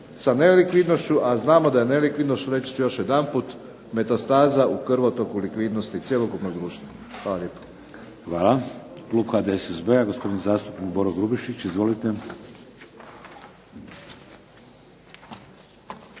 sa nelikvidnošću, a znamo da je nelikvidnost reći ću još jedanput metastaza u krvotok, u likvidnosti cjelokupnog društva. **Šeks, Vladimir (HDZ)** Hvala. Klub HDSSB-a, gospodin zastupnik Boro Grubišić. Izvolite.